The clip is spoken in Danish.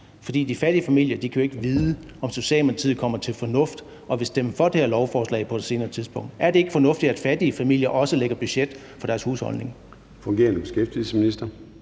For de fattige familier kan jo ikke vide, om Socialdemokratiet kommer til fornuft og vil stemme for det her lovforslag på et senere tidspunkt. Er det ikke fornuftigt, at fattige familier også lægger et budget for deres husholdning?